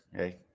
Okay